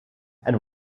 and